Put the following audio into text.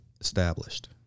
established